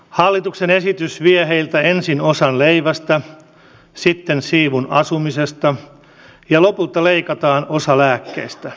hallituksen esitys vie heiltä ensin osan leivästä sitten siivun asumisesta ja lopulta leikataan osa lääkkeistä